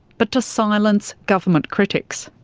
but to silence government critics.